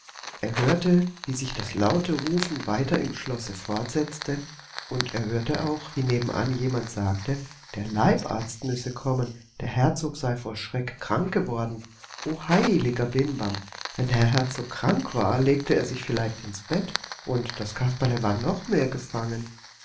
er hörte wie sich das laute rufen weiter im schlosse fortsetzte und er hörte auch wie nebenan jemand sagte der leibarzt müsse kommen der herzog sei vor schreck krank geworden o heiliger bimbam wenn der herzog krank war legte er sich vielleicht ins bett und das kasperle war noch mehr gefangen